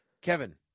Kevin